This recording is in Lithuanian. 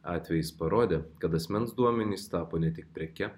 atvejis parodė kad asmens duomenys tapo ne tik preke